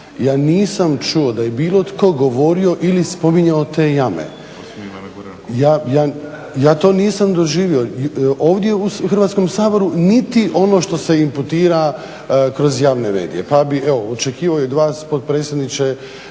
Ja nisam čuo da je bilo tko govorio ili spominjao te jame, ja to nisam doživio, ovdje u Hrvatskom saboru, niti ono što se imputira kroz javne medije. Pa bih, evo očekivao i od vas potpredsjedniče